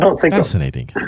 fascinating